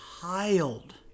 child